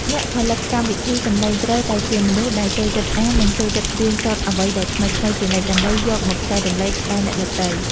អ្នកផលិតកម្មវិធីសំឡេងត្រូវតែជាមនុស្សដែលចូលចិត្តអាន និងចូលចិត្តរៀនសូត្រអ្វីដែលថ្មីៗជានិច្ចដើម្បីយកមកចែករំលែកដល់អ្នកដទៃ។